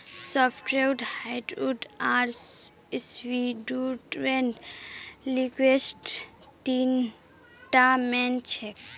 softwood hardwood आर pseudowood लिस्टत तीनटा मेन छेक